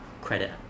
credit